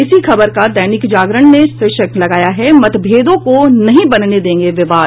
इसी खबर का दैनिक जागरण ने शीर्षक लगाया है मतभेदों को नहीं बनने देंगे विवाद